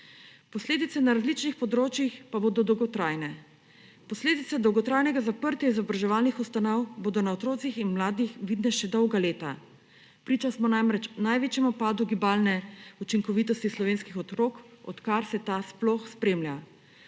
Posledice na različnih področjih pa bodo dolgotrajne. Posledice dolgotrajnega zaprtja izobraževalnih ustanov bodo na otrocih in mladih vidne še dolg leta. Priča smo namreč največjemu upadu gibalne učinkovitosti slovenskih otrok, odkar se ta sploh spremlja.